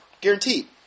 Guaranteed